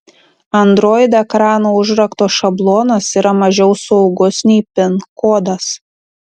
android ekrano užrakto šablonas yra mažiau saugus nei pin kodas